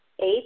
Eight